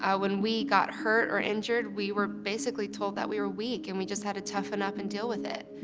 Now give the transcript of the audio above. when we got hurt or injured, we were basically told that we were weak and we just have to toughen up and deal with it.